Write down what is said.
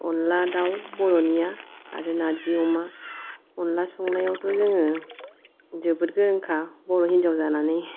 अनला दाउ बर'निया आरो नारजि अमा अनला संनायावथ' जोङो जोबोद गोरोंखा बर' हिनजाव जानानै